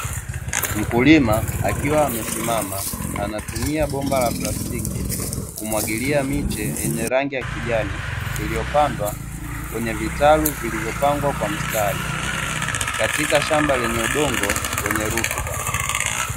Mkulima akiwa amesimama anatumia bomba la plastiki kumwagilia miche ya rangi ya kijani iliyopandwa kwenye vitalu, vilivyopangwa kwa mstari katika shamba lenye udongo wenye rutuba.